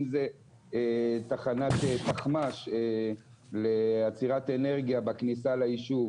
אם זה תחנת תחמ"ש ליצירת אנרגיה בכניסה ליישוב,